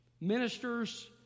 Ministers